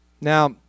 Now